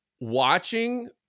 watching